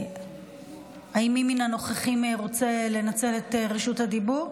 האם מי מן הנוכחים רוצה לנצל את רשות הדיבור?